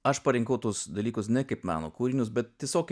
aš parinkau tuos dalykus ne kaip meno kūrinius bet tiesiog